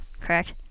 Correct